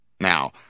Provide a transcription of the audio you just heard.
Now